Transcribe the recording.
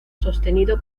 sostenido